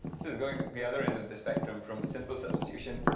this is going the other end of the spectrum from a simple substitution.